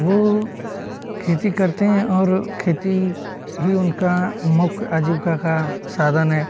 वो खेती करते हैं और खेती ही उनका मुख्य आजीविका का साधन है